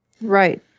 Right